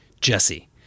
Jesse